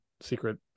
secret